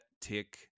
tick